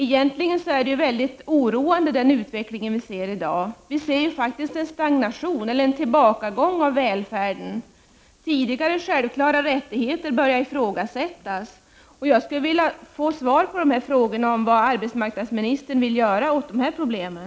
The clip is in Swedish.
Egentligen är den utveckling vi i dag ser mycket oroande. Vi ser ju faktiskt en stagnation eller en tillbakagång av välfärden. Tidigare självklara rättigheter börjar ifrågasättas. Jag skulle vilja få svar också på frågan vad arbetsmarknadsministern vill göra åt de problemen.